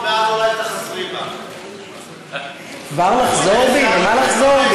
באמת, אותה אמת פשוטה,